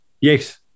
Yes